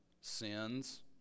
sins